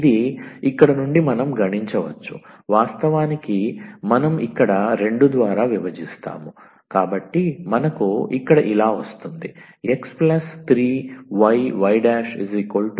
ఇది ఇక్కడ నుండి మనం గణించవచ్చు వాస్తవానికి మనం ఇక్కడ 2 ద్వారా విభజిస్తాము కాబట్టి మనకు ఇక్కడ ఇలా వస్తుంది 𝑥 3𝑦𝑦′ 0